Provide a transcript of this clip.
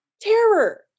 terror